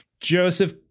Joseph